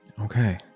Okay